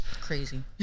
Crazy